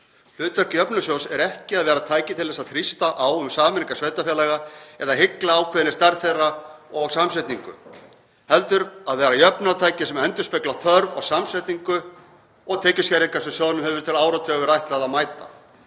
Hlutverk jöfnunarsjóðs er ekki það að vera tæki til að þrýsta á um sameiningar sveitarfélaga eða hygla ákveðinni stærð þeirra og samsetningu heldur að vera jöfnunartæki sem endurspeglar þörf og samsetningu og tekjuskerðingar sem sjóðurinn hefur til áratuga verið ætlað að mæta.